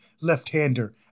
left-hander